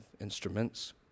instruments